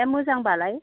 ए मोजांबालाय